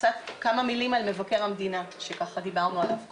כמה מילים על מבקר המדינה שדיברנו עליו קודם.